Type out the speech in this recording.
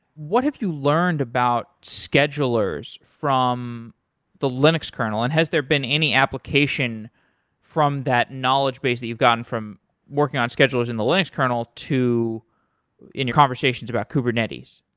what have you learned about schedulers from the linux kernel, and has there been any application from that knowledge-base that you've gotten from working on schedulers in the linux kernel in your conversations about kubernetes?